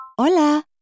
Hola